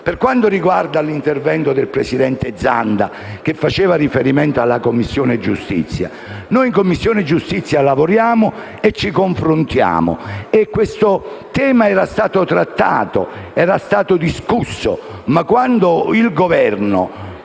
Per quanto riguarda l'intervento del presidente Zanda e il suo riferimento alla Commissione giustizia, noi in quella sede lavoriamo e ci confrontiamo e questo tema era stato trattato e discusso. Ma quando il Governo